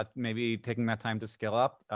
ah maybe taking that time to skill up,